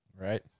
Right